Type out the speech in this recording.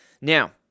Now